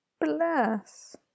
bless